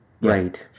Right